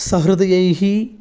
सहृदयैः